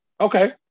Okay